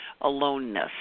aloneness